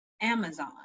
Amazon